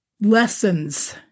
lessons